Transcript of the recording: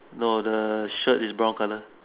no the shirt is brown colour